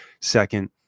second